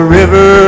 river